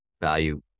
value